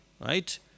right